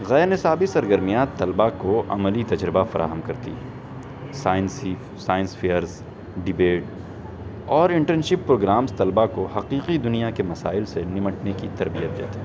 غیرنصابی سرگرمیاں طلبہ کو عملی تجربہ فراہم کرتی ہیں سائنسی سائنس فیئرس ڈیبیٹ اور انٹرنشپ پروگرامس طلبہ کو حقیقی دنیا کے مسائل سے نمٹنے کی تربیت دیتے ہیں